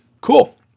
Cool